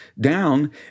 down